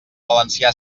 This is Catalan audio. valencià